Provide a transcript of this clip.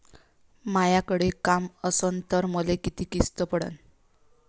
मायाकडे काम असन तर मले किती किस्त पडन?